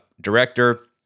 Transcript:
director